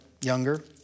younger